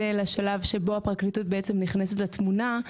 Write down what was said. לשלב שבו הפרקליטות בעצם נכנסת לתמונה.